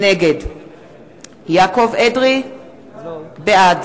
נגד יעקב אדרי, בעד